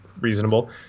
reasonable